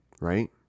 right